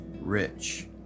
rich